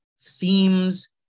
themes